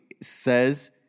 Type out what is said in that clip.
says